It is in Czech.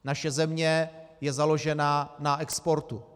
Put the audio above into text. Naše země je založena na exportu.